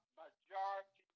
majority